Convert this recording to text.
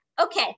Okay